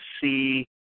see